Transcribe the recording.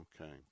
Okay